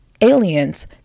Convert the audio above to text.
aliens